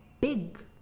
big